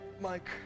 Mike